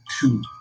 two